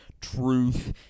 truth